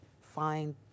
find